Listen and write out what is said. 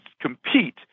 compete